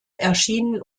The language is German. erschienen